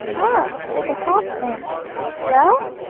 ah, said the hoarse man well,